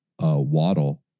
Waddle